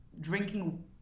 drinking